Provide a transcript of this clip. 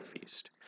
feast